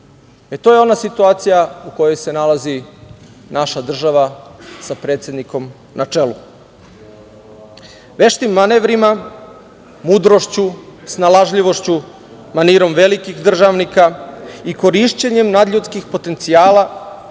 To je ona situacija u kojoj se nalazi naša država sa predsednikom na čelu. Veštim manevrima, mudrošću, snalažljivošću, manirom velikih državnika i korišćenjem nadljudskih potencijala